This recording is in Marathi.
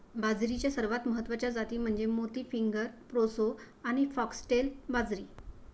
बाजरीच्या सर्वात महत्वाच्या जाती म्हणजे मोती, फिंगर, प्रोसो आणि फॉक्सटेल बाजरी